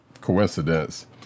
coincidence